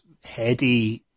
heady